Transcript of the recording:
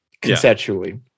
conceptually